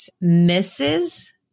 misses